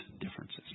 differences